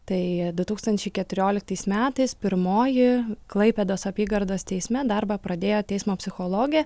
tai du tūkstančiai keturioliktais metais pirmoji klaipėdos apygardos teisme darbą pradėjo teismo psichologė